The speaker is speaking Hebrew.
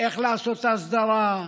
איך לעשות את ההסדרה?